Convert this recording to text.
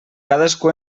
cadascú